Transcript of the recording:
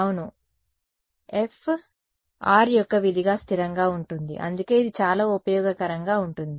అవును F r యొక్క విధిగా స్థిరంగా ఉంటుంది అందుకే ఇది చాలా ఉపయోగకరంగా ఉంటుంది